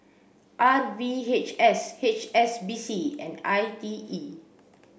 R V H S H S B C and I T E